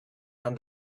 and